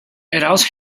adults